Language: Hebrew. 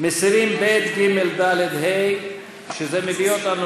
מסירים ב', ג', ד', ה', שזה מביא אותנו